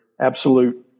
absolute